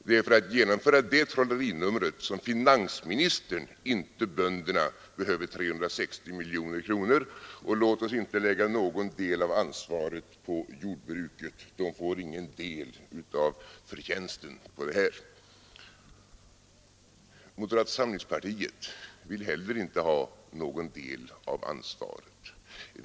Det är för att genomföra detta trollerinummer som finansministern, inte bönderna, behöver 360 miljoner kronor. Låt oss inte lägga någon del av ansvaret på jordbruket. Det får ingen del av förtjänsten på det här. Moderata samlingspartiet vill heller inte ha någon del av ansvaret.